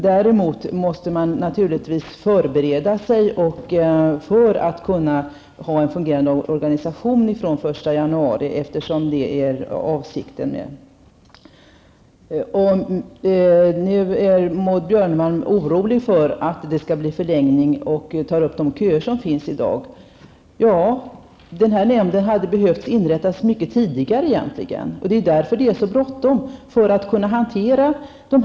Däremot måste man naturligtvis förbereda sig, så att det finns en fungerande organisation fr.o.m. den 1 januari. Det är ju avsikten. Maud Björnemalm är orolig. Hon fruktar att det blir en förlängning av hanteringen och hänvisar till de köer som i dag finns. Då vill jag säga att den här nämnden egentligen hade behövt inrättas mycket tidigare. Det är nu mycket bråttom. Det gäller ju att kunna hantera alla ärenden.